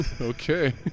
Okay